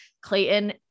Clayton